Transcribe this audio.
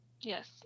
Yes